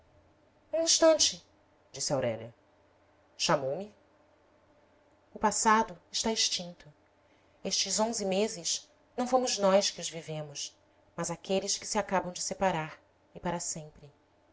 um instante disse aurélia chamou-me o passado está extinto estes onze meses não fomos nós que os vivemos mas aqueles que se acabam de separar e para sempre